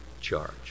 charge